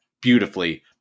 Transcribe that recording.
beautifully